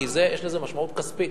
כי יש לזה משמעות כספית.